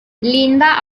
linda